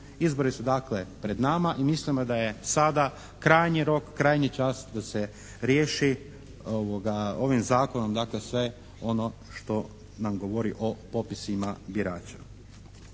Izbori su dakle pred nama i mislimo da je sada krajnji rok, krajnji čas da se riješi ovim Zakonom dakle sve ono što nam govori o popisima birača.